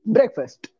Breakfast